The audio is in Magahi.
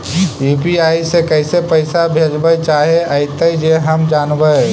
यु.पी.आई से कैसे पैसा भेजबय चाहें अइतय जे हम जानबय?